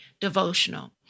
devotional